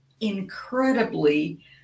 incredibly